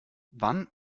wann